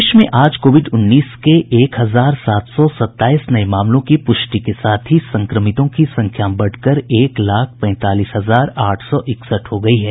प्रदेश में आज कोविड उन्नीस के एक हजार सात सौ सत्ताईस नये मामलों की प्रष्टि के साथ ही संक्रमितों की संख्या बढ़कर एक लाख पैंतालीस हजार आठ सौ इकसठ हो गयी है